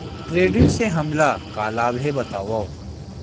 Credit से हमला का लाभ हे बतावव?